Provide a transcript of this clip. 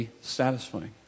satisfying